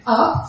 up